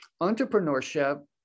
entrepreneurship